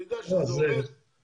אני יודע שזה עובד, אבל תספר לנו.